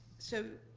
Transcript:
so,